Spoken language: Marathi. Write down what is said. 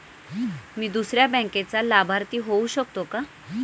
मी दुसऱ्या बँकेचा लाभार्थी होऊ शकतो का?